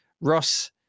ross